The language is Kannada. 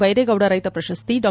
ದೈರೇಗೌಡ ರೈತ ಪ್ರಶಸ್ತಿ ಡಾ